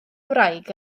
wraig